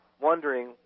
wondering